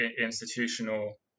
institutional